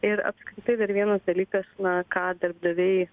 ir apskritai dar vienas dalykas na ką darbdaviai